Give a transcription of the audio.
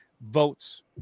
votes